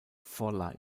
for